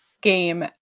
game